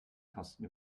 kosten